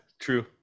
true